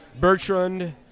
Bertrand